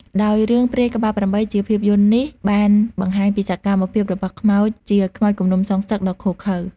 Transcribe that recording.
ដោយរឿងព្រាយក្បាល៨ ជាភាពយន្តនេះបានបង្ហាញពីសកម្មភាពរបស់ខ្មោចជា ខ្មោចគំនុំសងសឹក ដ៏ឃោរឃៅ។